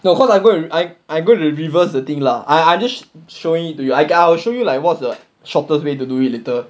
no because I go and I I go to reverse the thing lah I I just showing it to you I will show you like what's the shortest way to do it later